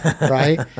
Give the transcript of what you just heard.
right